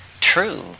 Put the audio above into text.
true